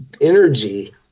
energy